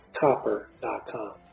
Copper.com